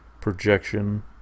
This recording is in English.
projection